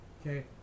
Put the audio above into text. Okay